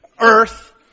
earth